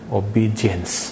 obedience